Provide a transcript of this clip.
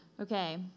Okay